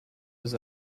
was